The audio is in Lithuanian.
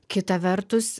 kita vertus